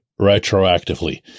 retroactively